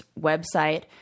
website